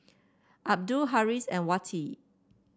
Abdul Harris and Wati